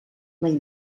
mai